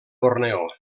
borneo